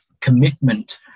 commitment